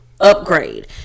upgrade